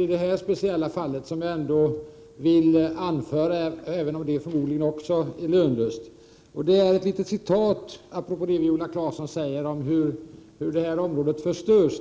I det här speciella fallet finns det en synpunkt som jag ändå vill anföra — även om också detta förmodligen är lönlöst — apropå det Viola Claesson säger om hur området förstörs.